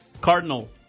Cardinal